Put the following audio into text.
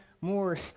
more